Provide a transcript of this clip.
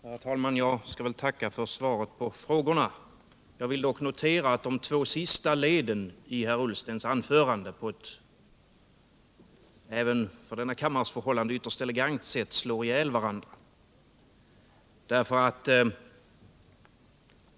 Herr talman! Jag skall väl tacka för svaret på frågorna. Jag vill dock notera att de två sista leden i herr Ullstens anförande på ett även för denna kammares förhållanden ytterst elegant sätt slår ihjäl varandra.